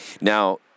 Now